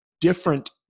different